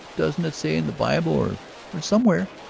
doesn't it say in the bible or. or somewhere,